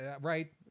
right